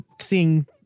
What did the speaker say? seeing